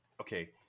Okay